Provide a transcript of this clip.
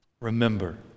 Remember